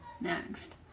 next